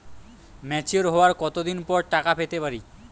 Mature হওয়ার কত দিন পর টাকা পেতে পারি?